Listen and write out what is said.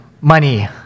money